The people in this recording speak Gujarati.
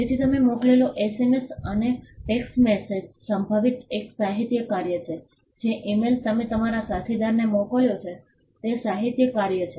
તેથી તમે મોકલેલો SMS અથવા ટેક્સ્ટ મેસેજ સંભવિત એક સાહિત્યિક કાર્ય છે જે ઇમેઇલ તમે તમારા સાથીદારને મોકલ્યો છે તે સાહિત્યિક કાર્ય છે